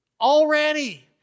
Already